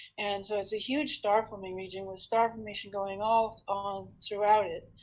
and so it's a huge star forming region with star formation going all all throughout it.